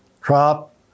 crop